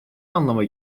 anlama